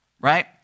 right